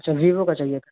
اچھا ویوو کا چاہیے